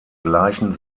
gleichen